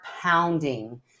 pounding